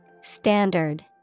Standard